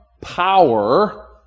power